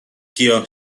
گیاه